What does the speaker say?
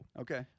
Okay